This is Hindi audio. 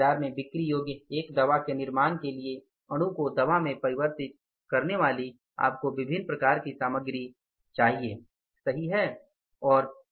बाजार में बिक्री योग्य एक दवा के निर्माण के लिए अणु को दवा में परिवर्तित करने वाली आपको विभिन्न प्रकार की सामग्री सही चाहिए